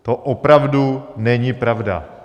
To opravdu není pravda.